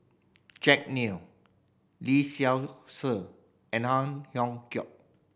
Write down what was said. Jack Neo Lee Seow Ser and Ang Hiong Chiok